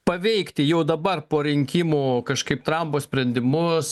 paveikti jo dabar po rinkimų kažkaip trampo sprendimus